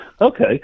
Okay